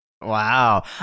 Wow